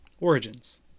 Origins